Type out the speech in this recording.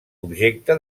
objecte